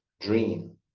dream